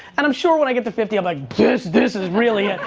and i'm sure when i get to fifty, i'm like this is really it.